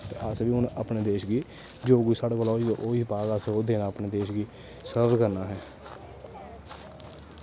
अस बी हून अपने देश गी जो कुछ साढ़े कोला होई पा दा अस ओह् देआ दे अपने देश गी सर्व करना असें